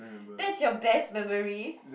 that's your best memory